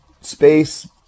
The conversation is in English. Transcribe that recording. space